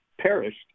perished